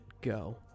go